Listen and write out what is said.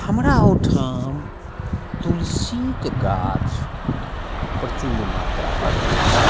हमरा ओहिठाम तुलसीके गाछ प्रचूर मात्रामे अछि